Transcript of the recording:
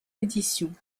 éditions